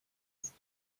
ist